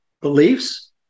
beliefs